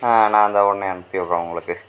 ஆ நான் இதோ உடனே அனுப்பிவிடுறேன் உங்களுக்கு